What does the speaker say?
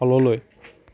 তললৈ